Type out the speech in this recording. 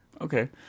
Okay